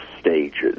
stages